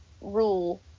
rule